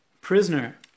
prisoner